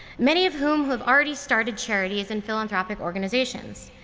many of whom have already started charities and philanthropic organizations.